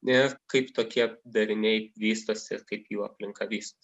na kaip tokie dariniai vystosi ir kaip jų aplinka vystosi